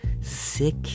sick